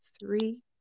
three